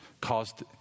caused